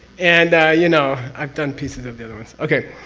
and, you know, i've done pieces of the other ones, okay.